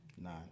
Nine